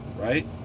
right